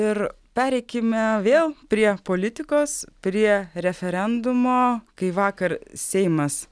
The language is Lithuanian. ir pereikime vėl prie politikos prie referendumo kai vakar seimas